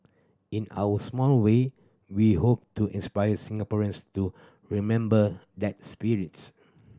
in our small way we hope to inspire Singaporeans to remember that spirit